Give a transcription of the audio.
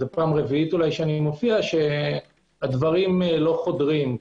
זו פעם רביעית שאני מופיע, שהדברים לא חודרים.